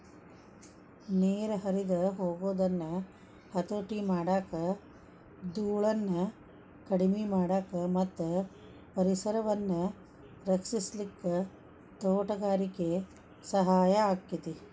ನೇರ ಹರದ ಹೊಗುದನ್ನ ಹತೋಟಿ ಮಾಡಾಕ, ದೂಳನ್ನ ಕಡಿಮಿ ಮಾಡಾಕ ಮತ್ತ ಪರಿಸರವನ್ನ ರಕ್ಷಿಸಲಿಕ್ಕೆ ತೋಟಗಾರಿಕೆ ಸಹಾಯ ಆಕ್ಕೆತಿ